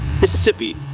Mississippi